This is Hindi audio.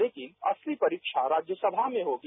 लेकिन असली परीक्षा राज्यसभा में होगी